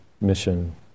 mission